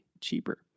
cheaper